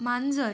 मांजर